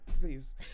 please